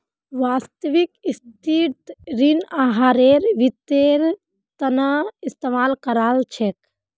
वास्तविक स्थितित ऋण आहारेर वित्तेर तना इस्तेमाल कर छेक